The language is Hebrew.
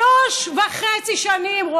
שלוש וחצי שנים, כי זה עולה.